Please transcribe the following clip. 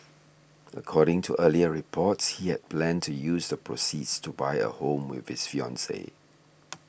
according to earlier reports he had planned to use the proceeds to buy a home with his fiancee